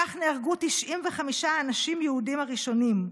כך נהרגו 95 האנשים היהודים הראשונים,